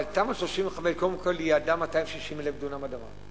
אבל תמ"א 35 קודם כול ייעדה 265,000 דונם אדמה.